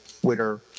Twitter